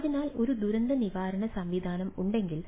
അതിനാൽ ഒരു ദുരന്തനിവാരണ സംവിധാനം ഉണ്ടെങ്കിൽ